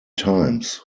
times